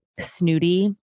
snooty